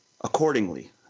accordingly